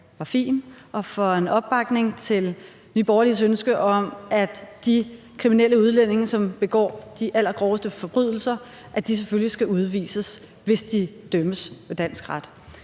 og for en opbakning til Nye Borgerliges ønske om, at de kriminelle udlændinge, som begår de allergroveste forbrydelser, selvfølgelig skal udvises, hvis de dømmes ved dansk ret.